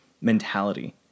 mentality